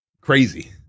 Crazy